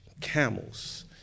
camels